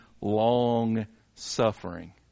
long-suffering